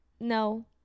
No